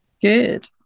Good